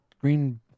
green